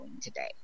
today